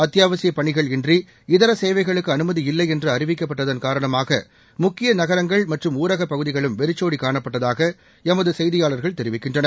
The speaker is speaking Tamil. அத்தியாவசிய பணிகள் இன்றி இதர் சேவைகளுக்கு அனுமதி இல்லை என்று அறிவிக்கப்பட்டதன் காரணமாக முக்கிய நகரங்கள் மற்றும் ஊரகப் பகுதிகளும் வெறிச்சோடி காணப்பட்டதாக எமது செய்தியாள்கள் தெரிவிக்கின்றனர்